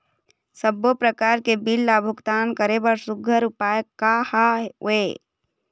सबों प्रकार के बिल ला भुगतान करे बर सुघ्घर उपाय का हा वे?